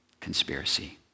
conspiracy